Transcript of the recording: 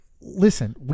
Listen